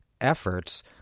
efforts